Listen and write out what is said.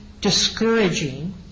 discouraging